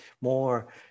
more